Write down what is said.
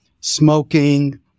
smoking